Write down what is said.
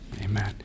Amen